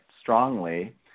strongly